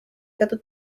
teatud